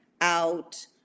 out